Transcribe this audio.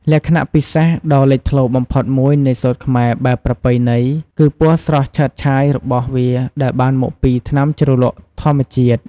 លក្ខណៈពិសេសដ៏លេចធ្លោបំផុតមួយនៃសូត្រខ្មែរបែបប្រពៃណី គឺពណ៌ស្រស់ឆើតឆាយរបស់វាដែលបានមកពី ថ្នាំជ្រលក់ធម្មជាតិ។